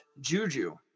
Juju